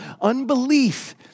Unbelief